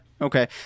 Okay